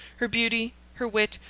her beauty, her wit,